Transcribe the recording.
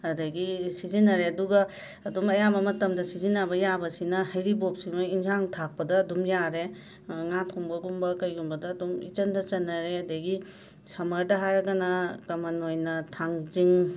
ꯑꯗꯒꯤ ꯁꯤꯖꯤꯟꯅꯔꯦ ꯑꯗꯨꯒ ꯑꯗꯨꯝ ꯑꯌꯥꯝꯕ ꯃꯇꯝꯗ ꯁꯤꯖꯤꯟꯅꯕ ꯌꯥꯕꯁꯤꯅ ꯍꯔꯤꯕꯣꯕꯁꯤꯅ ꯏꯟꯖꯥꯡ ꯊꯥꯛꯄꯗ ꯑꯗꯨꯝ ꯌꯥꯔꯦ ꯉꯥ ꯊꯣꯡꯕꯒꯨꯝꯕ ꯀꯩꯒꯨꯝꯕꯗ ꯑꯗꯨꯝ ꯏꯆꯟꯗ ꯆꯟꯅꯔꯦ ꯑꯗꯒꯤ ꯁꯝꯃꯔꯗ ꯍꯥꯏꯔꯒꯅ ꯀꯝꯃꯟ ꯑꯣꯏꯅ ꯊꯥꯡꯖꯤꯡ